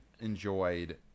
enjoyed